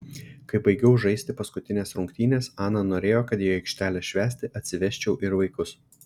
kai baigiau žaisti paskutines rungtynes ana norėjo kad į aikštelę švęsti atsivesčiau ir vaikus